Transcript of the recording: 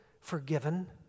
forgiven